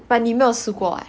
but 你没有试过 mah